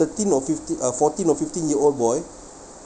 thirteen or fifteen uh fourteen or fifteen year old boy